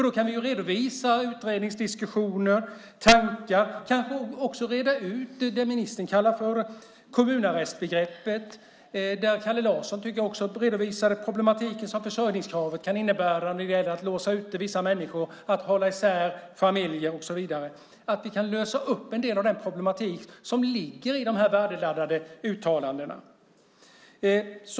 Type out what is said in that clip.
Då kan vi redovisa utredningsdiskussionen, våra tankar och kanske också reda ut det ministern kallar för kommunarrestbegreppet. Jag tycker också att Kalle Larsson redovisade den problematik som försörjningskravet kan innebära när det gäller att låsa ute vissa människor och hålla isär familjer. Vi kan lösa upp en del av den problematik som ligger i de här värdeladdade uttalandena.